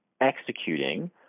executing